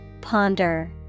ponder